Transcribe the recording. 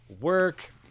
work